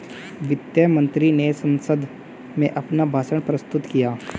वित्त मंत्री ने संसद में अपना भाषण प्रस्तुत किया